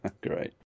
Great